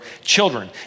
children